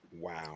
Wow